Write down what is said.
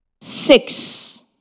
six